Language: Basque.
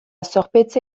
zorpetze